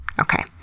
Okay